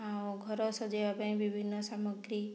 ଆଉ ଘର ସଜାଇବା ପାଇଁ ବିଭିନ୍ନ ସାମଗ୍ରୀ